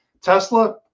Tesla